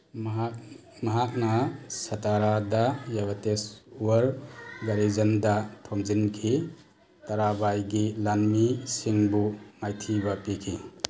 ꯃꯍꯥꯛ ꯃꯍꯥꯛꯅ ꯁꯇꯥꯔꯥꯗ ꯌꯧꯔꯇꯦꯁꯋꯔ ꯒꯔꯤꯖꯟꯗ ꯊꯣꯝꯖꯤꯟꯈꯤ ꯇꯔꯥꯕꯥꯏꯒꯤ ꯂꯥꯟꯃꯤꯁꯤꯡꯕꯨ ꯃꯥꯏꯊꯤꯕ ꯄꯤꯈꯤ